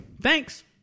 Thanks